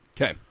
Okay